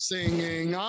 Singing